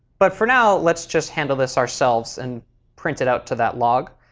but for now let's just handle this ourselves and print it out to that log.